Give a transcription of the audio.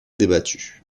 débattue